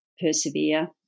persevere